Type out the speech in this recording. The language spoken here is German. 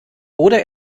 oder